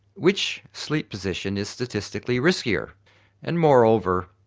which sleep position is statistically riskier and moreover,